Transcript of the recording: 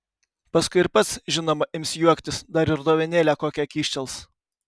paskui ir pats žinoma ims juoktis dar ir dovanėlę kokią kyštels